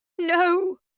No